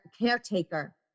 caretaker